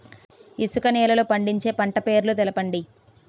ఇసుక నేలల్లో పండించే పంట పేర్లు తెలపండి?